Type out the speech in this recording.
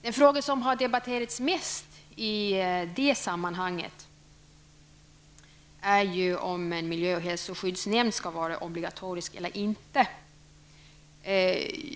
Den fråga som har diskuterats mest i det sammanhanget är om miljöhälsoskyddsnämnd skall vara obligatorisk eller inte.